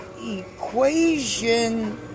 equation